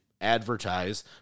advertise